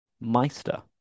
meister